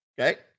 Okay